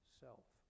self